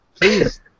Please